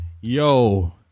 Yo